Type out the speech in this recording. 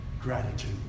gratitude